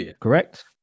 Correct